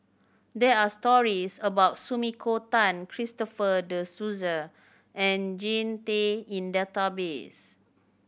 there are stories about Sumiko Tan Christopher De Souza and Jean Tay in database